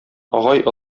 агай